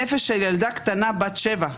נפש של ילדה קטנה בת שבע,